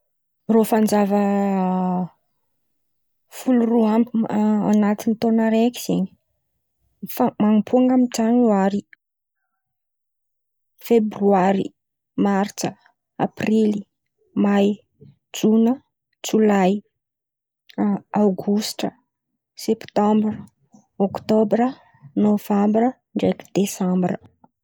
Rô fanjava folo roa amby anatin̈y taon̈a araiky zen̈y fa man̈ampôn̈o amin̈'ny Janoary, Febroary, Martsa, Aprily, May, Jona, Jolay, Aogositra, Septambra, Oktôbra, Novambra, Desambra.